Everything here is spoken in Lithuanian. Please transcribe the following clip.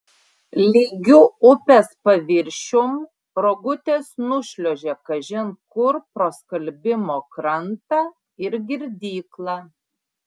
lygiu upės paviršium rogutės nušliuožia kažin kur pro skalbimo krantą ir girdyklą